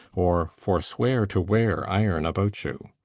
or forswear to wear iron about you.